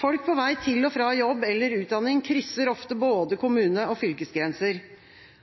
Folk på vei til og fra jobb eller utdanning krysser ofte både kommune- og fylkesgrenser,